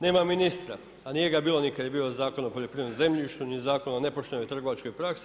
Nema ministra, a nije ga bilo ni kad je bio Zakon o poljoprivrednom zemljištu, ni Zakon o nepoštenoj trgovačkoj praksi.